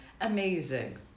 amazing